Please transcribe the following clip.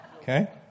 Okay